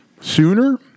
sooner